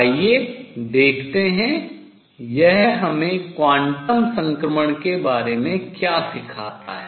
आइये देखते हैं यह हमें क्वांटम संक्रमण के बारे में क्या सिखाता है